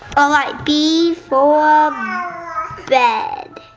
alright, b for bed.